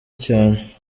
cyane